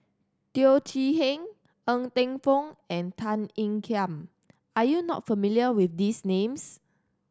Teo Chee Hean Ng Teng Fong and Tan Ean Kiam are you not familiar with these names